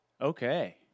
Okay